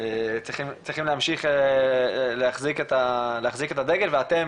צריכים להמשיך להחזיק את הדגל ואתם